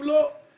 אם לא --- שנייה,